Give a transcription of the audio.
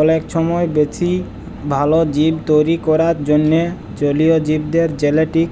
অলেক ছময় বেশি ভাল জীব তৈরি ক্যরার জ্যনহে জলীয় জীবদের জেলেটিক